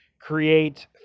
create